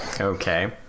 okay